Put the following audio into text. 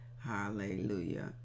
Hallelujah